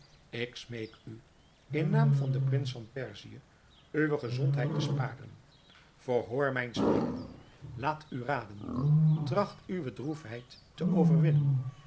ik smeek u in naam van den prins van perzië uwe gezondheid te sparen verhoor mijn smeeken laat u raden tracht uwe droefheid te overwinnen